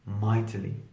mightily